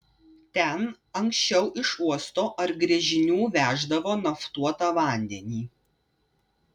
ten anksčiau iš uosto ar gręžinių veždavo naftuotą vandenį